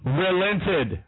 relented